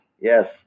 Yes